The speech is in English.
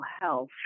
health